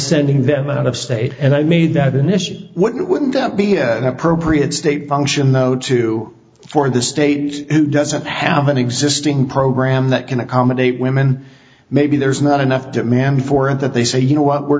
sending them out of state and i made that initial what wouldn't that be appropriate state function though to for the state who doesn't have an existing program that can accommodate women maybe there's not enough demand for it that they say you know what we're